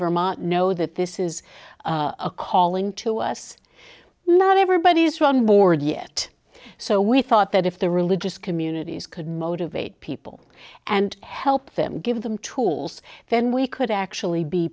vermont know that this is a calling to us not everybody's running board yet so we thought that if the religious communities could motivate people and help them give them tools then we could actually be